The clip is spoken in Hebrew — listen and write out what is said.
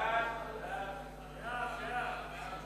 הצעת ועדת